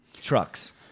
Trucks